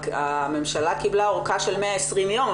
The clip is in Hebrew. הממשלה קיבלה ארכה של 120 יום,